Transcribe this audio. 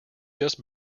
just